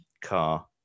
car